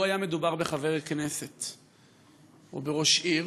לו היה מדובר בחבר כנסת או בראש עיר,